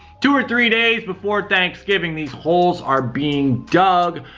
two or three days before thanksgiving these holes are being dug.